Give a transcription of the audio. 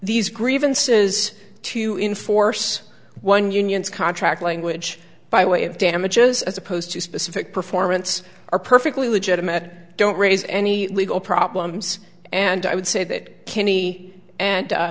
these grievances to enforce one unions contract language by way of damages as opposed to specific performance are perfectly legitimate don't raise any legal problems and i would say that kenny and